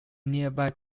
nearby